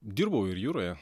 dirbau ir jūroje